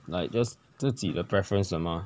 like just 自己的 preference 的 mah